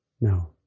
No